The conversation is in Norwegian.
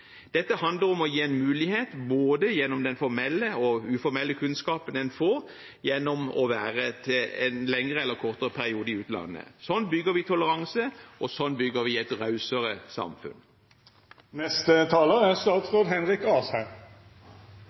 Dette handler om å gi en mulighet gjennom både den formelle og den uformelle kunnskapen en får gjennom å være en lengre eller kortere periode i utlandet. Sånn bygger vi toleranse, og sånn bygger vi et rausere samfunn. Det er